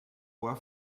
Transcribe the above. ohr